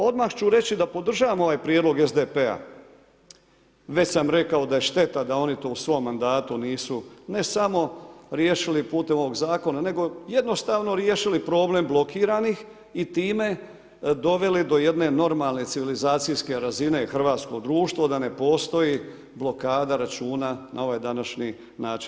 Odmah ću reći da podržavam ovaj prijedlog SDP-a, već sam rekao da je šteta da oni to u svom mandatu nisu ne samo riješili putem ovog zakona nego jednostavno riješili problem blokiranih i time doveli do jedne normalne civilizacijske razine hrvatsko društvo da ne postoji blokada računa na ovaj današnji način.